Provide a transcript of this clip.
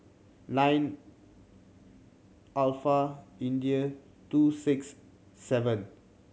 nine India two six seven